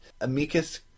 amicus